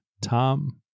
Tom